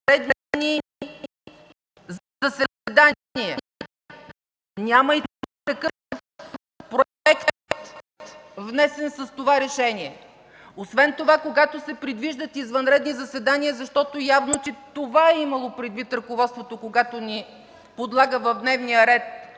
извънредни заседания. Няма и такъв проект, внесен с това решение. Освен това, когато се предвиждат извънредни заседания, защото явно, че това е имало предвид ръководството, когато ни предлага дневния ред,